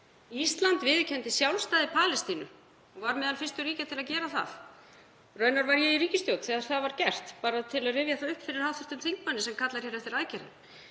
Ísland viðurkenndi sjálfstæði Palestínu og var meðal fyrstu ríkja til að gera það. Raunar var ég í ríkisstjórn þegar það var gert, bara til að rifja það upp fyrir hv. þingmanni sem kallar hér eftir aðgerðum.